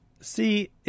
See